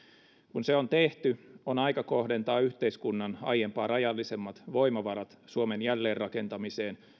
kun se on tehty on aika kohdentaa yhteiskunnan aiempaa rajallisemmat voimavarat suomen jälleenrakentamiseen